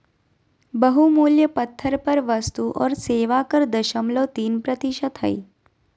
बहुमूल्य पत्थर पर वस्तु और सेवा कर दशमलव तीन प्रतिशत हय